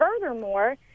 furthermore